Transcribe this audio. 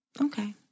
Okay